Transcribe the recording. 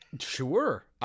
Sure